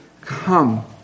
come